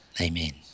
Amen